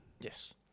Yes